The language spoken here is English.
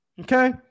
Okay